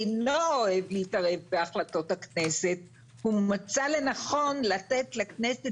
אינו אוהב להתערב בהחלטות הכנסת הוא מצא לנכון לתת לכנסת